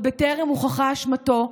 עוד בטרם הוכחה אשמתו,